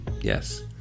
Yes